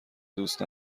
دوست